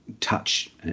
touch